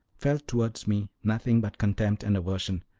felt towards me nothing but contempt and aversion,